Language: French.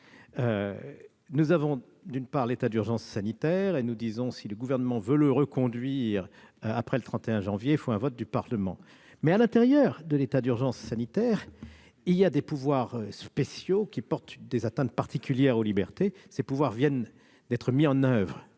Il y a, d'une part, l'état d'urgence sanitaire : si le Gouvernement veut le reconduire après le 31 janvier 2021, il faut un vote du Parlement. Et il y a, d'autre part, à l'intérieur de l'état d'urgence sanitaire, des pouvoirs spéciaux qui portent des atteintes particulières aux libertés. Ces pouvoirs viennent d'être mis en oeuvre